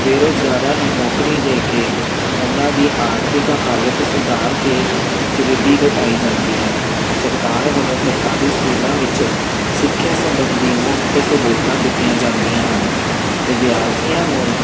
ਬੇਰੁਜ਼ਗਾਰਾਂ ਨੂੰ ਨੌਕਰੀ ਦੇ ਕੇ ਉਨ੍ਹਾਂ ਦੀ ਆਰਥਿਕ ਹਾਲਤ ਸੁਧਾਰ ਕੇ ਗਰੀਬੀ ਘਟਾਈ ਜਾਂਦੀ ਹੈ ਸਰਕਾਰ ਵੱਲੋਂ ਸਰਕਾਰੀ ਸਕੂਲਾਂ ਵਿੱਚ ਸਿੱਖਿਆ ਸੰਬੰਧੀ ਮੁਫਤ ਸਹੂਲਤਾਂ ਦਿੱਤੀਆਂ ਜਾਂਦੀਆਂ ਹਨ ਵਿਦਿਆਰਥੀਆਂ ਨੂੰ